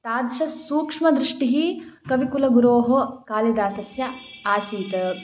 तादृशसूक्ष्मदृष्टिः कविकुलगुरोः कालिदासस्य आसीत्